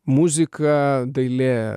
muzika dailė